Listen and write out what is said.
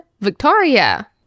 Victoria